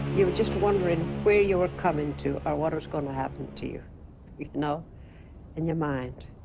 you were just wondering where you were coming to our waters going to happen to you you know in your mind